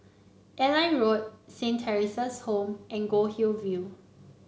Airline Road Saint Theresa's Home and Goldhill View